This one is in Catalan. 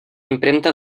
impremta